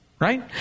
Right